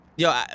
yo